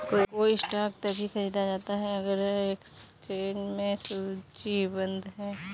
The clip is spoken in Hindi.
कोई स्टॉक तभी खरीदा जाता है अगर वह एक्सचेंज में सूचीबद्ध है